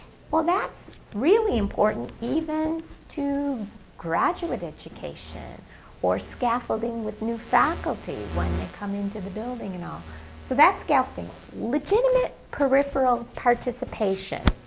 well, that's really important even to graduate education or scaffolding with new faculty when they come into the building. and um so that's scaffolding. legitimate peripheral participation,